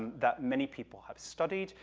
that many people have studied,